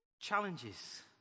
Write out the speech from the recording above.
challenges